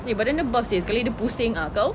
eh badan dia buff seh sekali dia pusing ah kau